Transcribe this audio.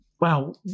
wow